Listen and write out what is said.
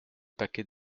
paquets